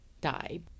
die